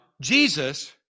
Jesus